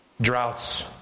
droughts